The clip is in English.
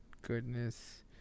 goodness